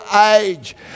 age